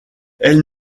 elle